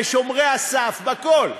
בשומרי הסף, בכול.